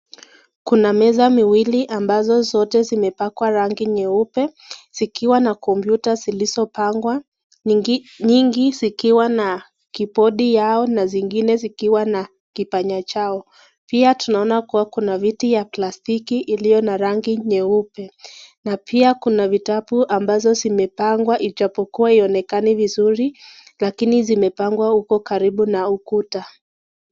Kuna meza mbili ambazo zote zimepakwa rangi nyeupe, zikiwa na kompyuta zilizo pangwa, nyingi zikiwa na kibodi yao na zingine zikiwa na kipanya chao. Pia tunaona kUwa kuna viti ya plastiki iliyo na rangi nyeupe. Na pia kuna vitabu ambazo zimepangwa ijapokuwa haionekani vizuri, lakini zimepangwa huko karibu na ukuta.